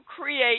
create